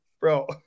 Bro